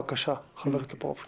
בבקשה, חבר הכנסת טופורובסקי.